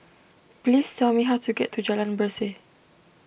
please tell me how to get to Jalan Berseh